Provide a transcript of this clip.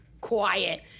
quiet